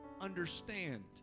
understand